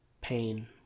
pain